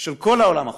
של כל העולם החופשי.